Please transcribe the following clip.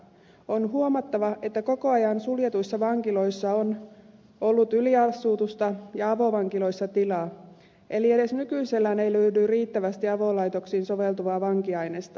on huomattava että koko ajan suljetuissa vankiloissa on ollut yliasutusta ja avovankiloissa tilaa eli edes nykyisellään ei löydy riittävästi avolaitoksiin soveltuvaa vankiainesta